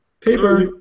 Paper